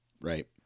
Right